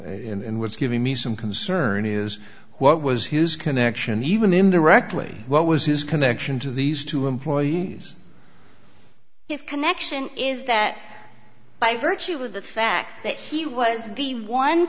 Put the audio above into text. in what's giving me some concern is what was his connection even indirectly what was his connection to these two employees his connection is that by virtue of the fact that he was the one